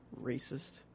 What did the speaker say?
Racist